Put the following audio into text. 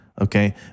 Okay